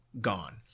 gone